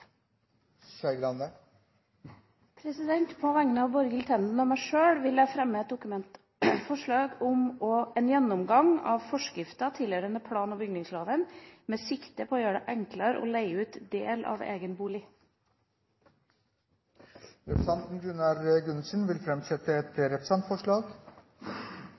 Skei Grande vil framsette et representantforslag. På vegne av Borghild Tenden og meg sjøl vil jeg fremme et dokumentforslag om en gjennomgang av forskrifter tilhørende plan- og bygningsloven, med sikte på å gjøre det enklere å leie ut del av egen bolig. Representanten Gunnar Gundersen vil framsette et representantforslag.